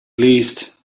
least